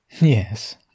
Yes